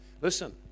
Listen